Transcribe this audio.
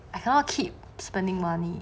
I cannot keep spending money